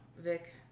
Vic